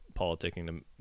politicking